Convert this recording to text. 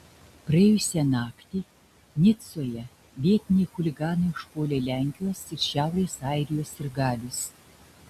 praėjusią naktį nicoje vietiniai chuliganai užpuolė lenkijos ir šiaurės airijos sirgalius